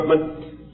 equipment